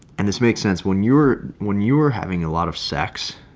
and this makes sense when you're when you're having a lot of sex.